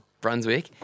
Brunswick